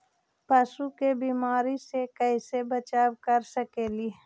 पशु के बीमारी से कैसे बचाब कर सेकेली?